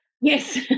yes